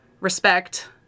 respect